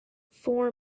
four